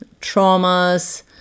traumas